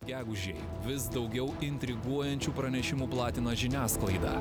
gegužį vis daugiau intriguojančių pranešimų platino žiniasklaida